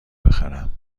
بخرم